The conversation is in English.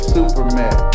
Superman